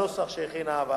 בנוסח שהכינה הוועדה.